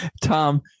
Tom